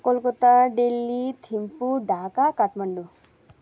Kolkata Delhi Thimphu Dhaka Kathmandu